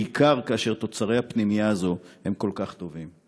בעיקר כאשר תוצרי הפנימייה הזו הם כל כך טובים.